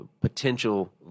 potential